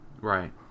Right